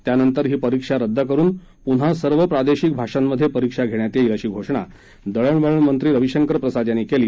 त्यानंतर ही परीक्षा रद्द करुन पुन्हा सर्व प्रादशिक भाषांमध्विरीक्षा घण्यात यईत अशी घोषणा दळणवळण मंत्री रवीशंकर प्रसाद यांनी कल्ली